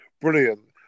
Brilliant